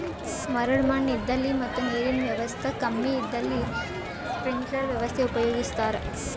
ಮರಳ್ ಮಣ್ಣ್ ಇದ್ದಲ್ಲಿ ಮತ್ ನೀರಿನ್ ವ್ಯವಸ್ತಾ ಕಮ್ಮಿ ಇದ್ದಲ್ಲಿ ಸ್ಪ್ರಿಂಕ್ಲರ್ ವ್ಯವಸ್ಥೆ ಉಪಯೋಗಿಸ್ತಾರಾ